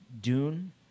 Dune